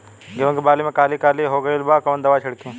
गेहूं के बाली में काली काली हो गइल बा कवन दावा छिड़कि?